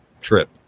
trip